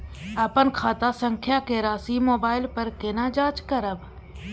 अपन खाता संख्या के राशि मोबाइल पर केना जाँच करब?